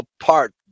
apart